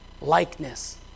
likeness